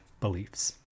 beliefs